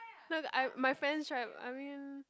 look I my friends tried I mean